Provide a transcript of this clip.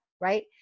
Right